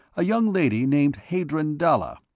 a young lady named hadron dalla.